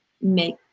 make